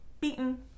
beaten